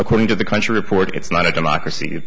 according to the country report it's not a democracy